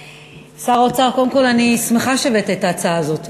שר האוצר, קודם כול אני שמחה שהבאת את ההצעה הזאת.